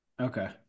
okay